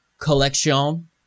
Collection